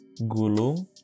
Gulung